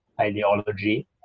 ideology